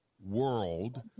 world